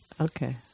Okay